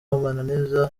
amananiza